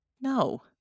No